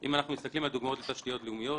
אם אנחנו מסתכלים על דוגמאות בתשתיות לאומיות,